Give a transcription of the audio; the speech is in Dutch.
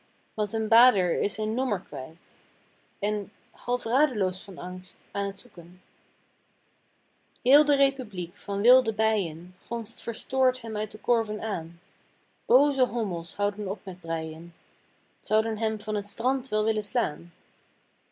want een bader is zijn nommer kwijt en half radeloos van angst aan t zoeken heel de republiek van wilde bijen gonst verstoord hem uit de korven aan booze hommels houden op met breien zouden hem van t strand wel willen slaan